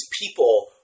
people